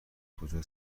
کجا